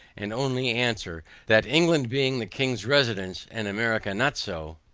and only answer, that england being the king's residence, and america not so,